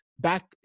back